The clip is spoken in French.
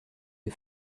des